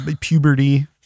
puberty